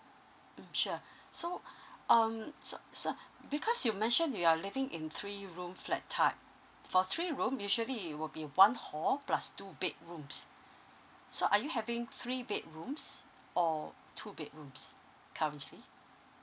mm sure so um so so because you mention you are living in three room flat type for three room usually it will be one hall plus two bedrooms so are you having three bedrooms or two bedrooms currently